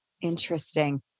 Interesting